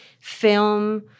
film